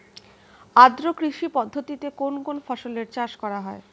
আদ্র কৃষি পদ্ধতিতে কোন কোন ফসলের চাষ করা হয়?